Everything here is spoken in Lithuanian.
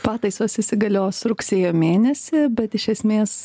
pataisos įsigalios rugsėjo mėnesį bet iš esmės